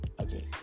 okay